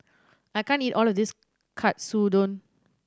I can't eat all of this Katsudon